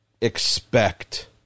expect